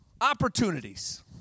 opportunities